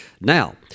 Now